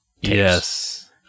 Yes